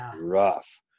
rough